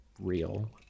real